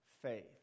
faith